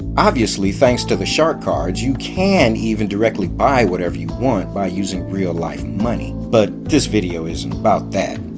obviously, thanks to the shark cards, you can even directly buy whatever you want by using real-life money. but this video isn't about that.